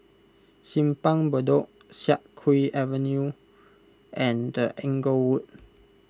Simpang Bedok Siak Kew Avenue and Inglewood